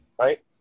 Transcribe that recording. Right